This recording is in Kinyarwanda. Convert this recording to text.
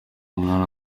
munani